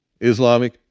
Islamic